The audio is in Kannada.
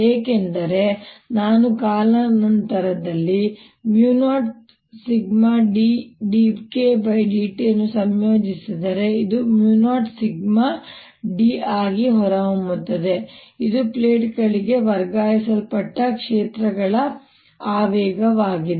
ಏಕೆಂದರೆ ನಾನು ಕಾಲಾನಂತರದಲ್ಲಿ 0σddKdt ಅನ್ನು ಸಂಯೋಜಿಸಿದರೆ ಇದು 0σd ಆಗಿ ಹೊರಹೊಮ್ಮುತ್ತದೆ ಇದು ಪ್ಲೇಟ್ಗಳಿಗೆ ವರ್ಗಾಯಿಸಲ್ಪಟ್ಟ ಕ್ಷೇತ್ರಗಳ ಆವೇಗವಾಗಿದೆ